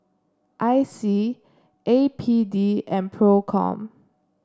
I C A P D and Procom